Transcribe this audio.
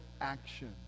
action